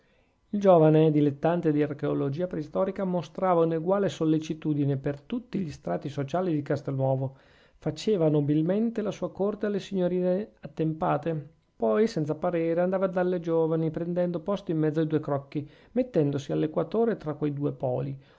giovane dilettante di archeologia preistorica mostrava un'eguale sollecitudine per tutti gli strati sociali di castelnuovo faceva nobilmente la sua corte alle signore attempate poi senza parere andava dalle giovani prendendo posto in mezzo ai due crocchi mettendosi all'equatore tra quei due poli